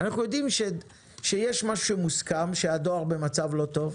אנחנו יודעים שמוסכם שהדואר במצב לא טוב,